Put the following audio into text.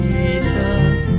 Jesus